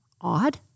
odd